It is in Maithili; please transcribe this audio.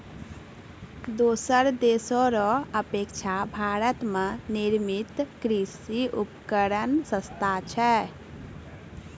दोसर देशो रो अपेक्षा भारत मे निर्मित कृर्षि उपकरण सस्ता छै